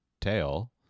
tail